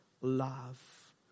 love